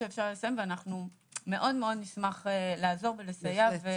ואנחנו מאוד מאוד נשמח לעזור ולסייע.